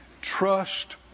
trust